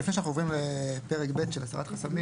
לפני שאנחנו עוברים לפרק ב' של הסרת חסמים